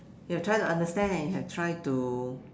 you have try to understand and you have try to